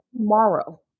tomorrow